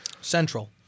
Central